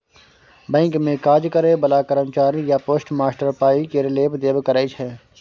bank मे काज करय बला कर्मचारी या पोस्टमास्टर पाइ केर लेब देब करय छै